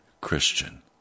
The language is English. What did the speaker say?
Christian